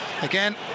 Again